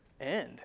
end